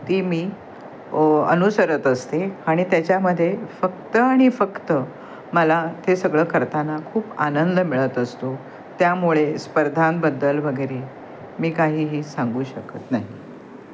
ती मी अनुसरत असते आणि त्याच्यामध्ये फक्त आणि फक्त मला ते सगळं करताना खूप आनंद मिळत असतो त्यामुळे स्पर्धांबद्दल वगैरे मी काहीही सांगू शकत नाही